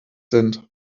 sind